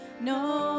no